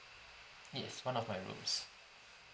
yes one of my rooms